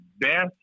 best